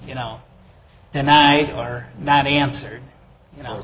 you know tonight or not answered you know